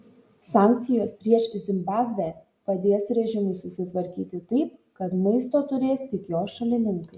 sankcijos prieš zimbabvę padės režimui susitvarkyti taip kad maisto turės tik jo šalininkai